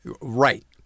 Right